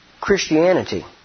Christianity